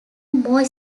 more